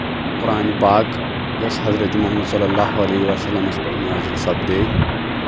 قۄرانہِ پاک یۄس حضرتِ محمدؐ پٮ۪ٹھ نٲزِل سَپدے